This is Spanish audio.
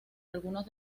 algunos